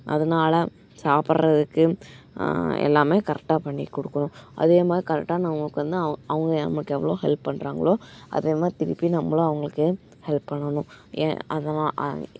அதனால சாப்பிட்றதுக்கு எல்லாமே கரெக்டாக பண்ணி கொடுக்கணும் அதேமாரி கரெக்டாக நம்மளுக்கு வந்து அவ அவங்க நம்மளுக்கு எவ்வளோ ஹெல்ப் பண்ணுறாங்களோ அதே மாதிரி திருப்பி நம்பளும் அவங்களுக்கு ஹெல்ப் பண்ணனும் ஏ அதெல்லாம்